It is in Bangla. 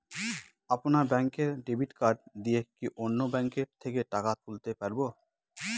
আপনার ব্যাংকের ডেবিট কার্ড দিয়ে কি অন্য ব্যাংকের থেকে টাকা তুলতে পারবো?